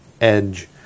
edge